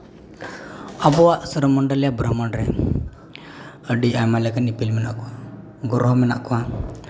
ᱟᱵᱚᱣᱟᱜ ᱥᱳᱨᱚ ᱢᱚᱱᱰᱚᱞ ᱵᱟ ᱵᱷᱨᱚᱢᱚᱱᱰ ᱨᱮ ᱹᱰᱤ ᱟᱭᱢᱟ ᱞᱮᱠᱟᱱ ᱤᱯᱤᱞ ᱢᱮᱱᱟᱜ ᱠᱚᱣᱟ ᱜᱨᱚᱦᱚ ᱢᱮᱱᱟᱜ ᱠᱚᱣᱟ